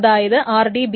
അതായത് RDBMS